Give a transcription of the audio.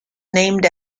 named